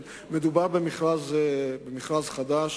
כן, מדובר במכרז חדש